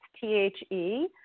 T-H-E